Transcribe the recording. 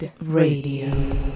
RADIO